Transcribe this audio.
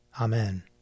Amen